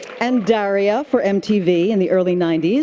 and daria for mtv in the early ninety s.